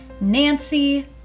Nancy